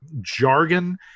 jargon